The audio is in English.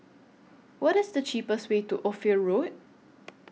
What IS The cheapest Way to Ophir Road